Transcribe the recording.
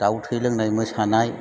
दाव थै लोंनाय मोसानाय